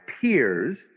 peers